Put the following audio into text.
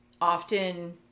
Often